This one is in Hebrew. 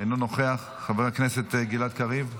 אינו נוכח, חבר הכנסת גלעד קריב,